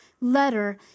letter